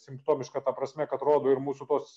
simptomišką ta prasme kad rodo ir mūsų tuos